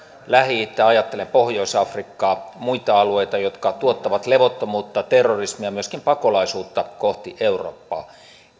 lähi itää ajattelen pohjois afrikkaa muita alueita jotka tuottavat levottomuutta terrorismia ja myöskin pakolaisuutta kohti eurooppaa